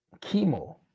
chemo